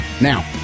Now